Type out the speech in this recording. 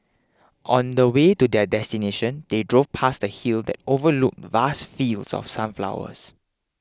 on the way to their destination they drove past a hill that overlooked vast fields of sunflowers